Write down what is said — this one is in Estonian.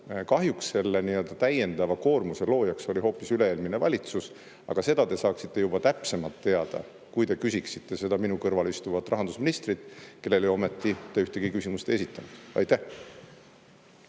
Kahjuks selle täiendava koormuse loojaks oli hoopis üle-eelmine valitsus. Aga seda te saaksite juba täpsemalt teada, kui te küsiksite seda minu kõrval istuvalt rahandusministrilt, kellel ju ometi te ühtegi küsimust esitanud. Suur